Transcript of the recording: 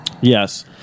yes